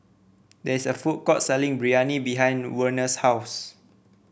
there is a food court selling Biryani behind Werner's house